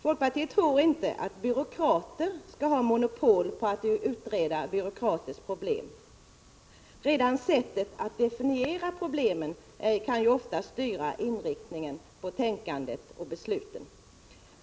Folkpartiet tror inte att byråkrater skall ha monopol på att utreda byråkraters problem. Redan sättet att definiera problemen kan ofta styra inriktningen av tänkandet och besluten.